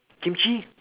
kimchi